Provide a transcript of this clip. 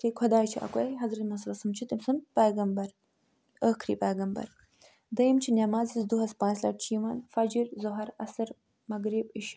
کہِ خۄداے چھِ اَکوے حضرت محمد صلی اللہ علیہ وسلم چھِ تٔمۍ سُنٛد پیغمبر ٲخری پیغمبر دٔیِم چھِ نٮ۪ماز یُس دۄہَس پانٛژھِ لَٹہِ چھِ یِوان فجر ظہر عصر مغرب عِشاء